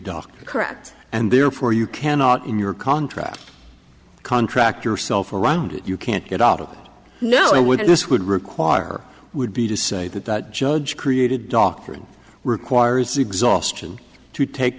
doc correct and therefore you cannot in your contract contract yourself around it you can't get out of it no i would this would require would be to say that that judge created doctrine requires exhaustion to take